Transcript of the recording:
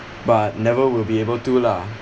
but never will be able to lah